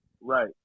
Right